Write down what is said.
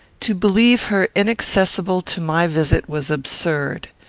to believe her inaccessible to my visit was absurd.